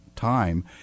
time